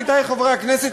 עמיתי חברי הכנסת,